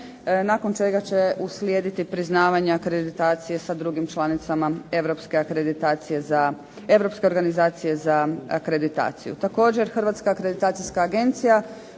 nakon čega će uslijediti priznavanje akreditacije sa drugim članicama Europske organizacije za akreditaciju. Također, Hrvatska akreditacijska agencija